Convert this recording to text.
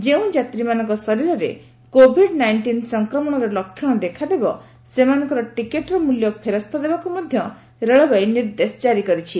ଯେଉଁ ଯାତ୍ରୀମାନଙ୍କ ଶରୀରରେ କୋଭିଡ୍ ନାଇଷ୍ଟିନ୍ ସଂକ୍ରମଣର ଲକ୍ଷଣ ଦେଖାଦେବ ସେମାନଙ୍କର ଟିକେଟ୍ର ମୂଲ୍ୟ ଫେରସ୍ତ ଦେବାକୁ ମଧ୍ୟ ରେଳବାଇ ନିର୍ଦ୍ଦେଶ ଜାରି କରିଛି